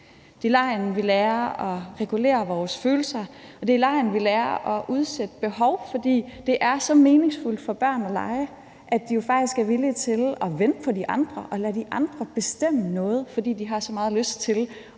Det er i legen, vi lærer at regulere vores følelser, og det er i legen, vi lærer at udsætte følelser og udsætte behov, fordi det er så meningsfuldt for børn at lege, at de faktisk er villige til at vente på de andre og lade de andre bestemme noget, fordi de har så meget lyst til at blive